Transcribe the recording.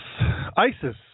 ISIS